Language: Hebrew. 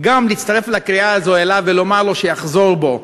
להצטרף לקריאה הזאת אליו ולומר לו שיחזור בו.